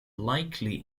likely